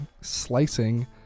slicing